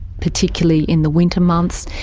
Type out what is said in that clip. particularly in the winter months,